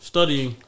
Studying